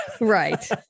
Right